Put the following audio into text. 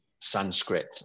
Sanskrit